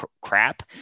crap